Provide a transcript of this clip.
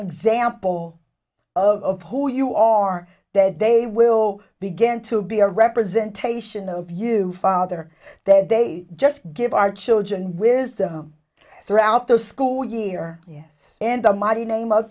example of who you are that they will begin to be a representation of you father then they just give our children wisdom throughout the school year yes and a mighty name of